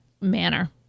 manner